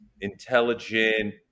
intelligent